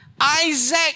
Isaac